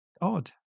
Odd